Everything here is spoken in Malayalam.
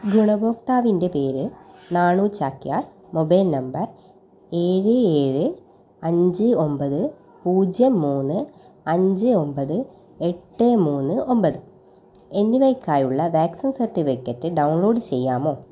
ഗുണഭോക്താവിൻ്റെ പേര് നാണു ചാക്യാർ മൊബൈൽ നമ്പർ ഏഴ് ഏഴ് അഞ്ച് ഒമ്പത് പൂജ്യം മൂന്ന് അഞ്ച് ഒമ്പത് എട്ട് മൂന്ന് ഒമ്പത് എന്നിവയ്ക്കായുള്ള വാക്സിൻ സർട്ടിഫിക്കറ്റ് ഡൗൺലോഡ് ചെയ്യാമോ